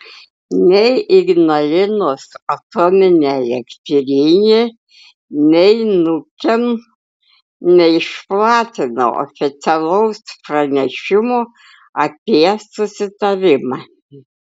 nei ignalinos atominė elektrinė nei nukem neišplatino oficialaus pranešimo apie susitarimą